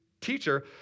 teacher